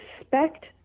expect